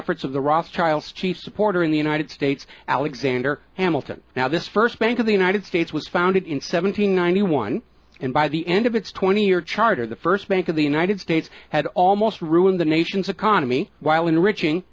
efforts of the rothschild chief supporter in the united states alexander hamilton now this first bank of the united states was founded in seven hundred ninety one and by the end of its twenty year charter the first bank of the united states had almost ruined the nation's economy while enriching